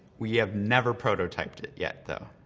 we have never prototyped it yet though.